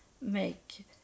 make